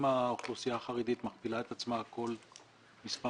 אם האוכלוסייה החרדית מכפילה את עצמה כל מספר